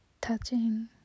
Touching